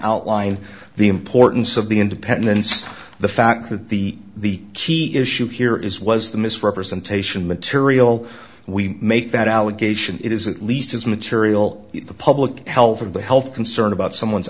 outline the importance of the independence the fact that the the key issue here is was the misrepresentation material we make that allegation it is at least as material the public health of the health concern about someone's